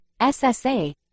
SSA